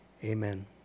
Amen